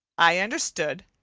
i understood,